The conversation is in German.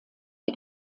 der